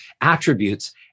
attributes